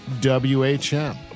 WHM